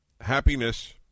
happiness